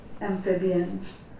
amphibians